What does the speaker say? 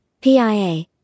PIA